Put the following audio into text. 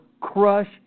crush